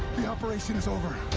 the operation is over.